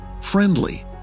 friendly